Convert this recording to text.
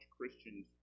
Christians